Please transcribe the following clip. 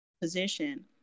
position